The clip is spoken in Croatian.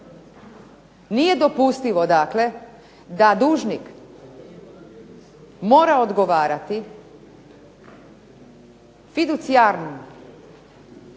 Nije dopustivo da dužnik mora odgovarati fiducijarno,